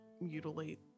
mutilate